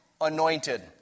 anointed